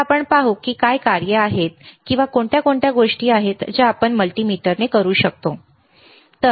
आता आपण पाहू की काय कार्ये आहेत किंवा कोणत्या गोष्टी आहेत ज्या आपण मल्टीमीटरने करू शकतो ठीक आहे